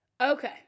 Okay